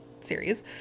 series